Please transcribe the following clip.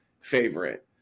favorite